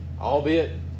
albeit